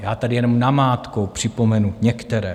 Já tady jenom namátkou připomenu některé.